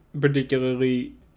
particularly